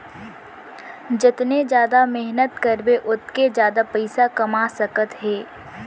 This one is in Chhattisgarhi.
जतने जादा मेहनत करबे ओतके जादा पइसा कमा सकत हे